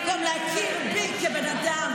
במקום להכיר בי כבן אדם,